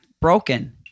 broken